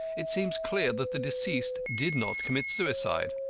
it seems clear that the deceased did not commit suicide.